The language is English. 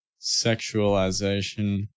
sexualization